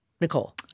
Nicole